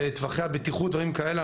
טווחי הבטיחות ודברים כאלה.